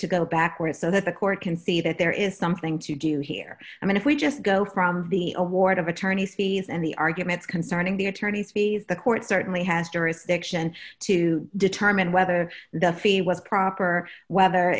to go backwards so that the court can see that there is something to do here i mean if we just go from the award of attorney's fees and the arguments concerning the attorney's fees the court certainly has jurisdiction to determine whether the fee was proper or whether